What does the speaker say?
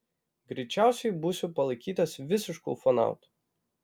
greičiausiai būsiu palaikytas visišku ufonautu